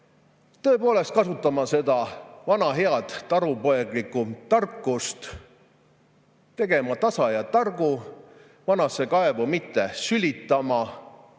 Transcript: tõepoolest kasutama seda vana head talupoeglikku tarkust, tegema tasa ja targu, vanasse kaevu mitte sülitama.